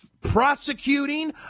prosecuting